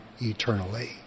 eternally